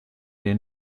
den